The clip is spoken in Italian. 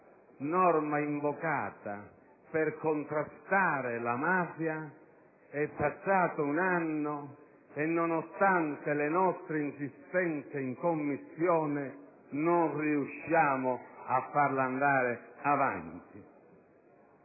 invocata per contrastare la mafia. È passato un anno e, nonostante le nostre insistenze in Commissione, non riusciamo a farla andare avanti.